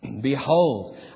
Behold